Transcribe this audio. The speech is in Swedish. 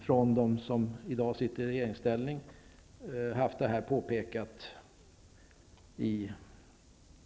Från dem som i dag sitter i regeringsställning har ju detta påpekats i